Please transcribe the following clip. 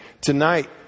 tonight